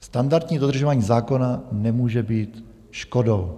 Standardní dodržování zákona nemůže být škodou.